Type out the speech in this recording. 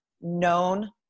known